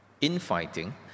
infighting